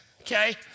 okay